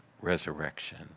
resurrection